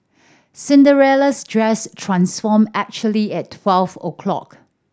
Cinderella's dress transformed actually at twelve o' clock